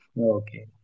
Okay